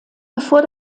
bevor